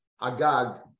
Agag